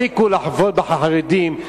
שיפסיקו לחבוט בחרדים,